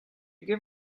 give